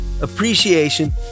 appreciation